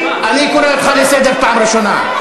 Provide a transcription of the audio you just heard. אני קורא אותך לסדר פעם ראשונה.